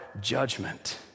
judgment